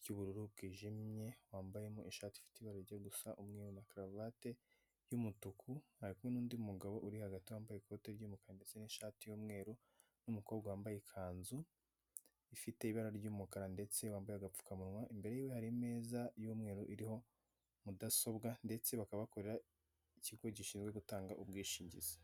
ry'ubururu bwijimye, wambayemo ishati ifite ibara rijya gusa umweru na karuvati y'umutuku, ari kumwe n'undi mugabo uri hagati wambaye ikoti ry'umukara ndetse n'ishati y'umweru n'umukobwa wambaye ikanzu ifite ibara ry'umukara, ndetse wambaye agapfukamunwa, imbere yiwe hari imeza y'umweru iriho mudasobwa ndetse bakaba bakorera ikigo gishinzwe gutanga ubwishingizi.